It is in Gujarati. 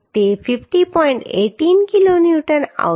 18 કિલોન્યુટન આવશે